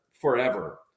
Forever